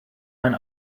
mein